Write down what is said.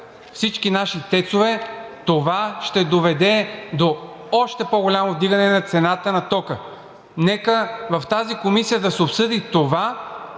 всички наши ТЕЦ-ове, това ще доведе до още по-голямо вдигане на цената на тока. Нека в тази комисия да се обсъди това